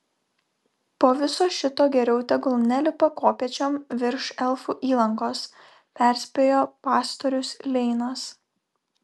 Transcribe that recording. po viso šito geriau tegul nelipa kopėčiom virš elfų įlankos perspėjo pastorius leinas